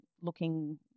looking